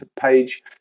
page